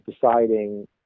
deciding